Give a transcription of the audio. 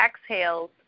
exhales